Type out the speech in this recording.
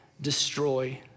destroy